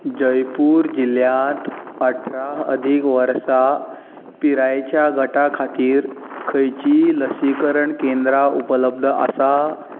जयपूर जिल्ल्यांत अठरा अदीक वर्सां पिरायेच्या गटा खातीर खंयचींय लसीकरण केंद्रां उपलब्ध आसा